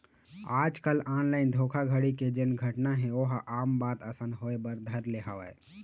आजकल ऑनलाइन धोखाघड़ी के जेन घटना हे ओहा आम बात असन होय बर धर ले हवय